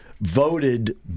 Voted